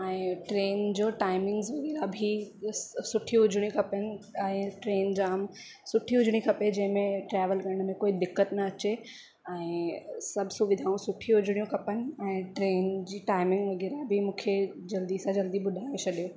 ऐं ट्रेन जो टाइमिंग्स वग़ैरह बि ॾिस सुठी हुजणी खपनि ऐं ट्रेन जाम सुठी हुजणी खपे जंहिंमें ट्रैवल करण में कोई दिक़तु न अचे ऐं सभु सुविधाऊं सुठियूं हुजणियूं खपनि ऐं ट्रेन जी टाइमिंग वग़ैरह बि मूंखे जल्दी सां जल्दी ॿुधाए छॾियो